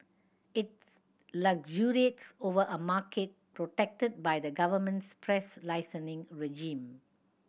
it luxuriates over a market protected by the government's press licensing regime